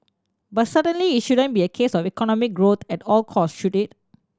but certainly it shouldn't be a case of economic growth at all costs should it